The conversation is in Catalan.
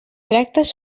tractes